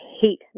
hate